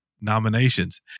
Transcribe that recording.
nominations